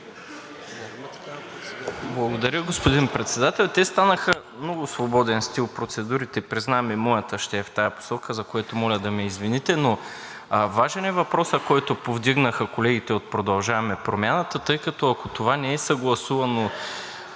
Благодаря, господин Председател. Те станаха много свободен стил процедурите. Признавам, и моята ще е в тази посока, за което моля да ме извините, но важен е въпросът, който повдигнаха колегите от „Продължаваме Промяната“, тъй като, ако това не е съгласувано